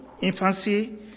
infancy